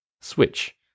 Switch